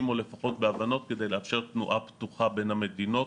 או לפחות בהבנות כדי לאפשר תנועה פתוחה בין המדינות.